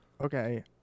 Okay